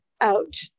out